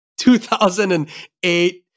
2008